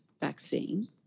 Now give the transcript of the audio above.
vaccine